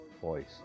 voice